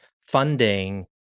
funding